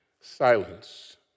silence